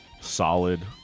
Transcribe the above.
solid